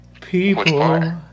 People